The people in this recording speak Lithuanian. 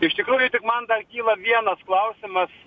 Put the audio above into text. iš tikrųjų tik man dar kyla vienas klausimas